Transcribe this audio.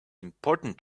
important